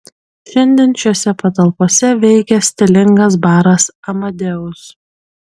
šiandien šiose patalpose veikia stilingas baras amadeus